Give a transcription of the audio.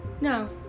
no